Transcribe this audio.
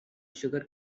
sugar